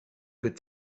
could